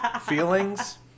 Feelings